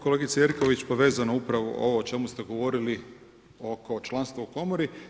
Kolegice Jerković, povezano upravo ovo o čemu ste govorili oko članstva u komori.